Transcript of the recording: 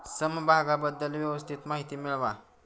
समभागाबद्दल व्यवस्थित माहिती मिळवा